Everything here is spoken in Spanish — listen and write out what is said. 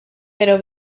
pero